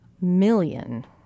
million